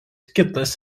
kitas